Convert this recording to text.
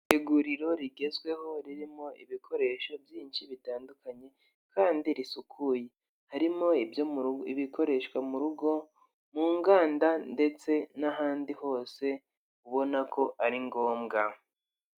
Iguriro rigezweho ririmo ibikoresho byinshi bitandukanye kandi risukuye, harimo ibikoreshwa mu rugo, mu nganda ndetse n'ahandi hose ubona ko ari ngombwa.